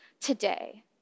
today